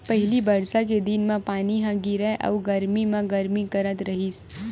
पहिली बरसा के दिन म पानी ह गिरय अउ गरमी म गरमी करथ रहिस